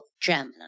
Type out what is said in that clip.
Gemini